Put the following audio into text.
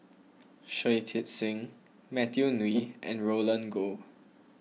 Shui Tit Sing Matthew Ngui and Roland Goh